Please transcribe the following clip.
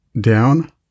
down